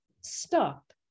Stop